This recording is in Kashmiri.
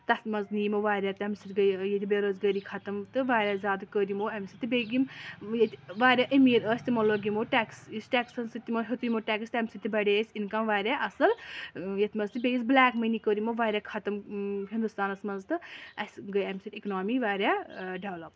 تَتھ منٛز نیی یِمو واریاہ تَمہِ سۭتۍ گٔیے ییٚتہِ بےٚ روزگٲری خَتٕم تہٕ واریاہ زیادٕ کٔر یِمو اَمہِ سۭتۍ تہٕ بیٚیہِ یِم ییٚتہِ واریاہ اَمیٖر ٲسۍ تِمو لٲگۍ یِمو ٹیکٔس یُس ٹیکسن سۭتۍ تِمو ہیوٚت یِمو ٹیکٔس تَمہِ سۭتۍ تہِ بَڑے اَسہِ اِنکَم واریاہ اَصٕل یَتھ منٛز تہٕ بیٚیہِ یُس بِلیک مٔنی کٔر یِمو واریاہ خَتٕم ہِندوستانَس منٛز تہٕ اَسہِ گٔے اَمہِ سۭتۍ اِکناومی واریاہ ڈیولَپ